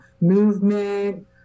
movement